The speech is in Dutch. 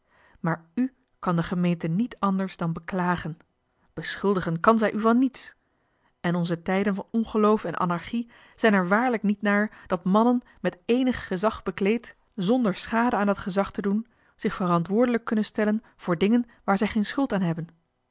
maar kan de gemeente niet anders dan beklagen beschuldigen kan zij u van niets en onze tijden van ongeloof en anarchie zijn er waarlijk niet naar dat mannen met éénig gezag bekleed zonder schade aan dat gezag te doen zich verantwoordelijk kunnen stellen voor dingen waar zij geen schuld aan hebben